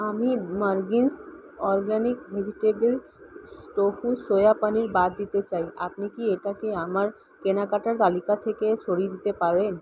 আমি margins organic vegetable tofu soya paneer বাদ দিতে চাই আপনি কি এটাকে আমার কেনাকাটার তালিকা থেকে সরিয়ে দিতে পারেন